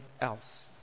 else